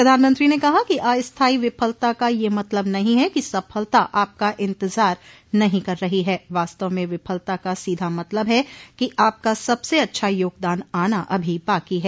प्रधानमंत्री ने कहा कि अस्थाई विफलता का यह मतलब नहीं है कि सफलता आपका इंतजार नहीं कर रही है वास्त्व में विफलता का सोधा मतलब है कि आपका सबसे अच्छा योगदान आना अभी बाकी है